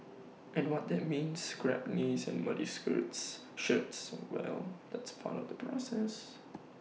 and what that means scraped knees and muddy shirts well that's part of the process